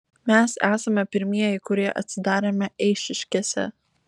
mes esame pirmieji kurie atsidarėme eišiškėse